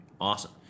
Awesome